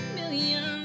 million